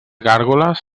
gàrgoles